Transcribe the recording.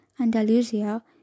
Andalusia